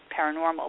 paranormal